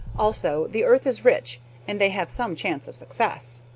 also the earth is rich and they have some chance of success.